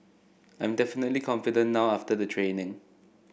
I'm definitely confident now after the training